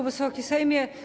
Wysoki Sejmie!